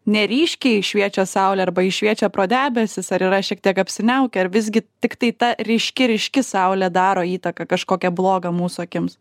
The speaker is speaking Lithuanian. neryškiai šviečia saulė arba ji šviečia pro debesis ar yra šiek tiek apsiniaukę ar visgi tiktai ta ryški ryški saulė daro įtaką kažkokią blogą mūsų akims